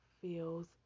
feels